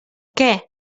què